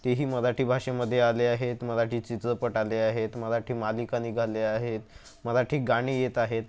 तेही मराठी भाषेमधे आले आहेत मराठी चित्रपट आले आहेत मराठी मालिका निघाल्या आहेत मराठी गाणी येत आहेत